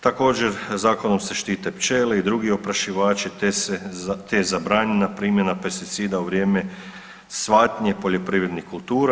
Također Zakonom se štite pčele i drugi oprašivači te je zabranjena primjena pesticida u vrijeme cvatnje poljoprivrednih kultura.